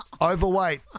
overweight